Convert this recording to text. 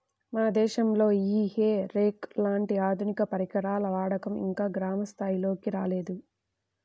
మన దేశంలో ఈ హే రేక్ లాంటి ఆధునిక పరికరాల వాడకం ఇంకా గ్రామ స్థాయిల్లోకి రాలేదు